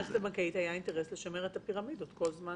האם למערכת הבנקאית היה אינטרס לשמר את הפירמידות כל זמן